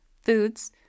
foods